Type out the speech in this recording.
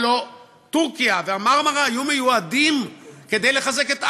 הלוא טורקיה וה"מרמרה" היו מיועדים לחזק את עזה.